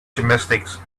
gymnastics